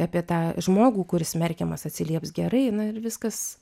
apie tą žmogų kuris merkiamas atsilieps gerai na ir viskas